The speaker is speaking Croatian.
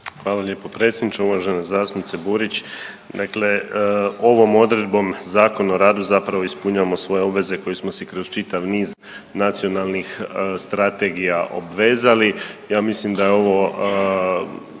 Hvala lijepa predsjedniče. Uvažena zastupnice Burić, dakle ovom odredbom Zakona o radu zapravo ispunjavamo svoje obveze koje smo si kroz čitav niz nacionalnih strategija obvezali ja mislim da je ovo